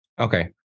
Okay